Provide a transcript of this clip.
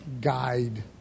Guide